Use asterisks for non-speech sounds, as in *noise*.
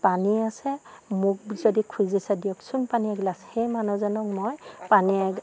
পানী আছে মোক যদি খুজিছে দিয়কচোন পানী এগিলাচ সেই মানুহজনক মই পানী *unintelligible*